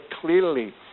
clearly